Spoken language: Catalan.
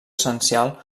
essencial